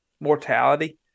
mortality